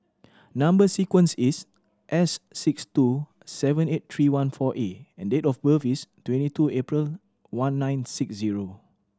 number sequence is S six two seven eight three one four A and date of birth is twenty two April one nine six zero